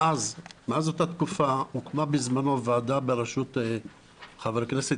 מאז אותה תקופה הוקמה בזמנו ועדה בראשות חבר הכנסת